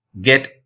get